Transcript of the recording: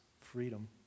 freedom